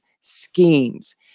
schemes